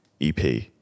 EP